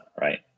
Right